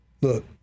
Look